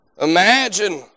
Imagine